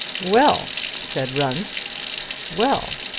well, said runce well!